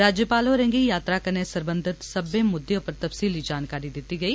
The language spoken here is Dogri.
राज्यपाल होरें गी यात्रा कन्नै सरबंधत सब्बै मुद्दें उप्पर तफसीली जानकारी दिती गेई